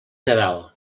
nadal